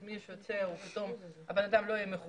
את מי שהוא ירצה הבן אדם פתאום לא יהיה מחובר.